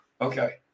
Okay